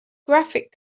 graphic